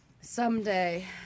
Someday